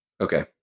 Okay